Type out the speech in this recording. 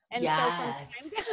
Yes